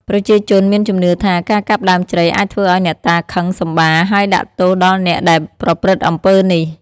ប្រជាជនមានជំនឿថា ការកាប់ដើមជ្រៃអាចធ្វើឱ្យអ្នកតាខឹងសម្បារហើយដាក់ទោសដល់អ្នកដែលប្រព្រឹត្តអំពើនេះ។